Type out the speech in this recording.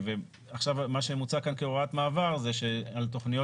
מה שמוצע כאן כהוראת מעבר זה שעל תכניות